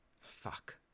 Fuck